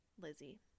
Lizzie